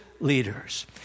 Leaders